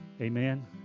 Amen